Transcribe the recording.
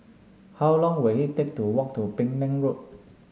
how long will it take to walk to Penang Road